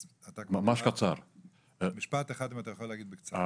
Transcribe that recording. אז משפט אחד, אם אתה יכול להגיד בקצרה.